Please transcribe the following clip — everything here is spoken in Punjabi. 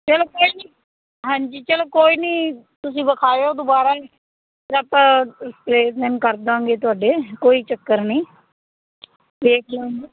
ਚਲੋ ਕੋਈ ਨਹੀਂ ਹਾਂਜੀ ਚਲੋ ਕੋਈ ਨਹੀਂ ਤੁਸੀਂ ਵਿਖਾਇਓ ਦੁਬਾਰਾ ਫਿਰ ਆਪਾਂ ਕਰ ਦਾਂਗੇ ਤੁਹਾਡੇ ਕੋਈ ਚੱਕਰ ਨਹੀਂ ਵੇਖ ਲਾਂਗੇ